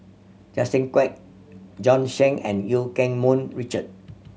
Justin Quek Bjorn Shen and Eu Keng Mun Richard